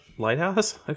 Lighthouse